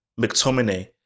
mctominay